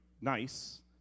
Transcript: nice